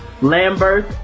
Lambert